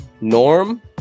Norm